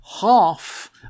half